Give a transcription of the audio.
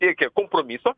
siekia kompromiso